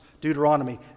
Deuteronomy